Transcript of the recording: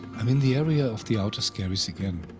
i mean the area of the outer skerries again.